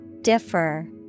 Differ